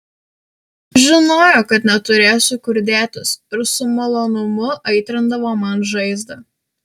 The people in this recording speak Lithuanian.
žinojo kad neturėsiu kur dėtis ir su malonumu aitrindavo man žaizdą